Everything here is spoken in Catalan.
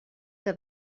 que